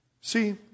See